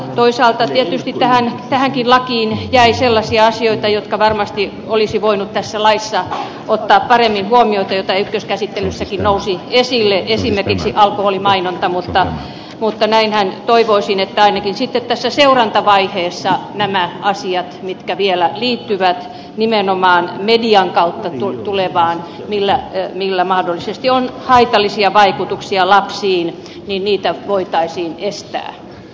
toisaalta tietysti tähänkin lakiin jäi sellaisia asioita jotka varmasti olisi voinut tässä laissa ottaa paremmin huomioon joita ykköskäsittelyssäkin nousi esille esimerkiksi alkoholimainonta mutta näinhän toivoisin että ainakin sitten tässä seurantavaiheessa näitä asioita mitkä vielä liittyvät nimenomaan median kautta tulevaan millä mahdollisesti on haitallisia vaikutuksia lapsiin voitaisiin estää